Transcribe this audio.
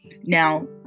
Now